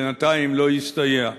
בינתיים לא הסתייע.